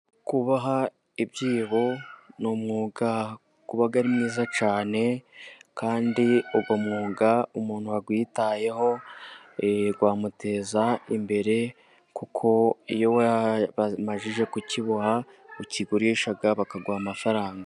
Kuboha ibyibo ni umwuga uba ari mwiza cyane, kandi uwo mwuga umuntu wawitayeho wamuteza imbere, kuko iyo wamaze kukiboha, ukigurisha bakaguha amafaranga.